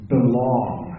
belong